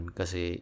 kasi